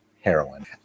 heroin